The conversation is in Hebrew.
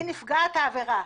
היא נפגעת העבירה.